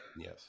Yes